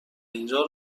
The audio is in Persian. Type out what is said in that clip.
اینجا